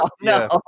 No